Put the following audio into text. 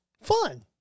Fun